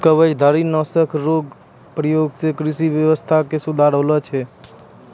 कवचधारी नाशक रो प्रयोग से कृषि व्यबस्था मे सुधार होलो छै